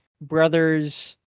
brother's